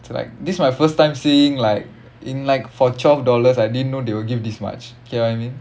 so like this my first time seeing like in like for twelve dollars I didn't know they will give this much get what I mean